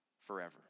forever